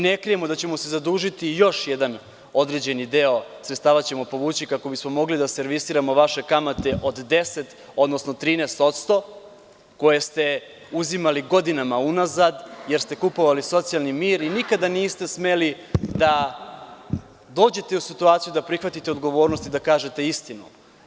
Ne krijemo da ćemo se zadužiti i još jedan određeni deo sredstava ćemo povući kako bismo mogli da servisiramo vaše kamate od 10%, odnosno 13% koje ste uzimali godinama unazad, jer ste kupovali socijalni mir i nikada niste smeli da dođete u situaciju da prihvatite odgovornost i da kažete istinu.